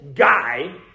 guy